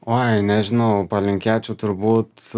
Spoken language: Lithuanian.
oi nežinau palinkėčiau turbūt